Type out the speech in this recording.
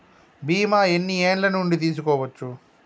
బీమా ఎన్ని ఏండ్ల నుండి తీసుకోవచ్చు?